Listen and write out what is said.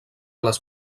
les